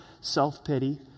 self-pity